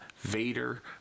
Vader